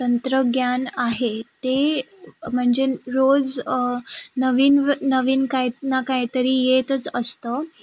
तंत्रज्ञान आहे ते म्हणजे रोज नवीन नवीन काही ना काहीतरी येतच असतं